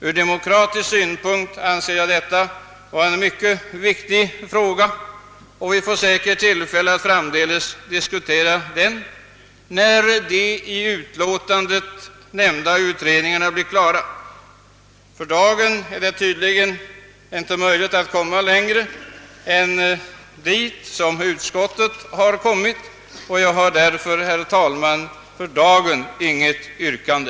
Ur demokratisk synpunkt anser jag detta vara en mycket viktig fråga, som vi säkert får tillfälle att diskutera framdeles när de i utlåtandet nämnda utredningarna blir klara. Det är för dagen tydligen inte möjligt att komma längre än vad utskottet gjort, och jag har därför, herr talman, inget yrkande.